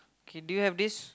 okay do you have this